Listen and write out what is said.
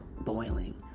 boiling